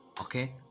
Okay